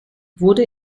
wurde